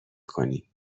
کنی